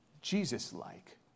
Jesus-like